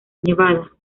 nevada